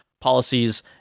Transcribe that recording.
policies